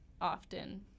often